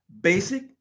Basic